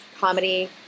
comedy